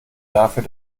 dafür